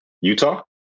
Utah